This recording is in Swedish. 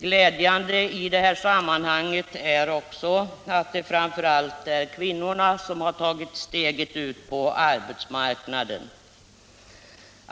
Glädjande i detta sammanhang är också att det framför allt är kvinnorna som tagit steget ut på arbetsmarknaden.